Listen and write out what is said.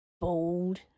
Bold